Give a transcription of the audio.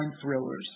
thrillers